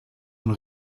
und